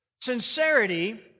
Sincerity